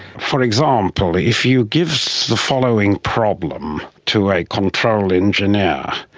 for example, if you give so the following problem to a control engineer,